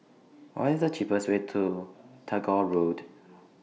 What IS The cheapest Way to Tagore Road